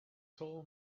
soul